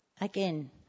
Again